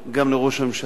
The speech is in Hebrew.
גם לראש הממשלה,